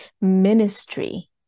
ministry